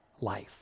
life